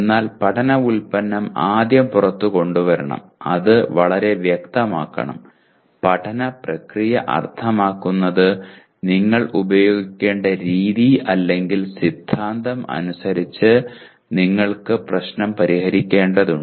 എന്നാൽ പഠന ഉൽപ്പന്നം ആദ്യം പുറത്തു കൊണ്ടുവരണം അത് വളരെ വ്യക്തമാക്കണം പഠന പ്രക്രിയ അർത്ഥമാക്കുന്നത് നിങ്ങൾ ഉപയോഗിക്കേണ്ട രീതി അല്ലെങ്കിൽ സിദ്ധാന്തം അനുസരിച്ച് നിങ്ങൾക്ക് പ്രശ്നം പരിഹരിക്കേണ്ടതുണ്ട്